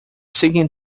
seeking